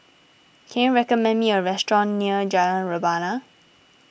can you recommend me a restaurant near Jalan Rebana